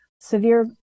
severe